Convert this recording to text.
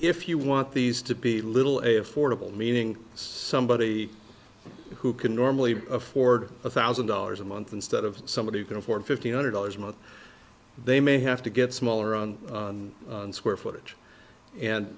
if you want these to be little a affordable meaning somebody who can normally afford one thousand dollars a month instead of somebody who can afford fifteen hundred dollars a month they may have to get smaller on square footage and